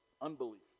unbelief